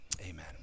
amen